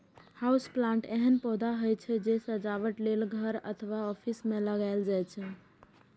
house plant एहन पौधा होइ छै, जे सजावट लेल घर अथवा ऑफिस मे लगाएल जाइ छै